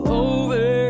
over